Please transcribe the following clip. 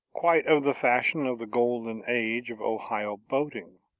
quite of the fashion of the golden age of ohio boating.